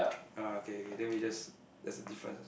ah K K then we just that's a difference